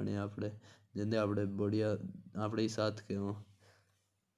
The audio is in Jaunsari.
होते हैं।